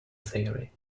theory